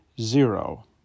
zero